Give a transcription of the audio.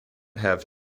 have